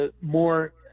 more